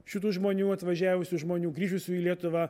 šitų žmonių atvažiavusių žmonių grįžusių į lietuvą